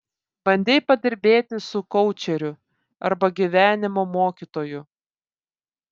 bandei padirbėti su koučeriu arba gyvenimo mokytoju